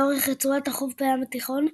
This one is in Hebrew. לאורך רצועת החוף בים התיכון,